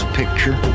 picture